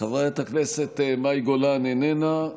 חברת הכנסת מאי גולן, איננה.